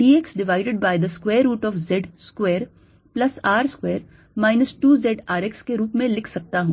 d x divided by the square root of z square plus R square minus 2 z R x के रूप में लिख सकता हूँ